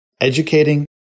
educating